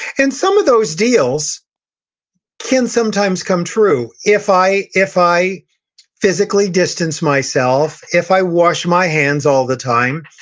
and some of those deals can sometimes come true. if i if i physically distance myself if i wash my hands all the time,